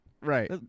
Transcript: Right